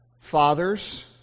Fathers